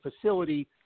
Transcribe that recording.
facility